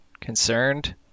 concerned